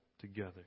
together